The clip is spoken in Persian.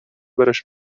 برایش